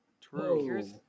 True